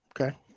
Okay